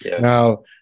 now